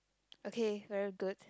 okay very good